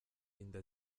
inda